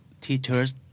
teachers